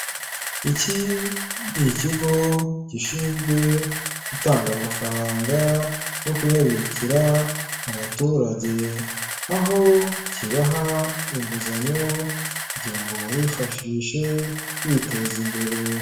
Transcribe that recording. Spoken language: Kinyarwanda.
Iki ni ikigo gishinzwe gutanga amafaranga, no kuyabikira abaturage. Aho kibaha inguzanyo kugira ngo bayifashishe biteza imbere.